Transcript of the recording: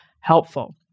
helpful